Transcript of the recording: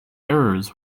errors